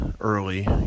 early